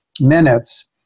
minutes